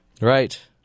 Right